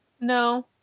No